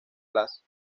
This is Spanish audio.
blas